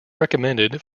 recommended